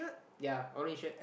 yea orange shirt